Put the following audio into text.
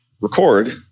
record